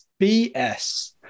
BS